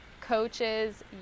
coaches